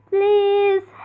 Please